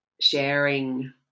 sharing